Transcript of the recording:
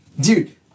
Dude